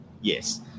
Yes